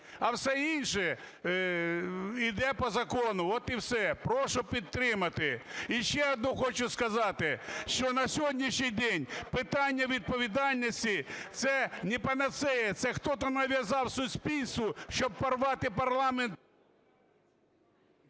А все інше іде по закону, от і все. Прошу підтримати. І ще одне хочу сказати, що на сьогоднішній день питання відповідальності – це не панацея, це хтось нав’язав суспільству, щоб порвати парламент…